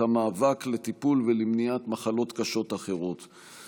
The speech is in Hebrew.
המאבק לטיפול במחלות קשות אחרות ולמניעתן.